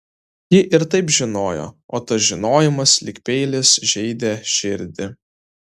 ji ir taip žinojo o tas žinojimas lyg peilis žeidė širdį